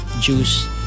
Juice